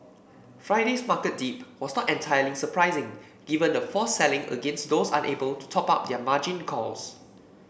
Friday's market dip was not entirely surprising given the forced selling against those unable to top up their margin calls